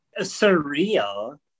surreal